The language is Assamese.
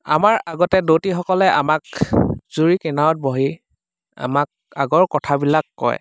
আমাৰ আগতে দৌতিসকলে আমাক জুৰি কিনাৰত বহি আমাক আগৰ কথাবিলাক কয়